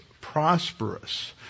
prosperous